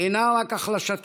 אינה רק החלשתו,